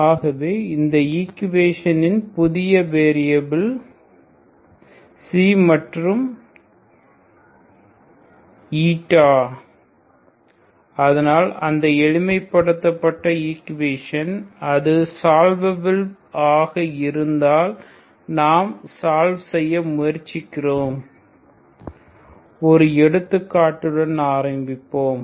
ஆகவே அந்த ஈக்குவேஷனின் புதிய வேரியபில் ξ மற்றும் η அதனால் அந்த எளிமைப்படுத்தப்பட்ட ஈக்குவேஷன் அது சால்வபிள் ஆக இருந்தால் நாம் சால்வ் செய்ய முயற்சிக்கிறோம் ஒரு எடுத்துக்காட்டுடன் ஆரம்பிப்போம்